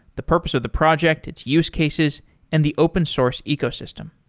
the purpose of the project, its use cases and the open source ecosystem.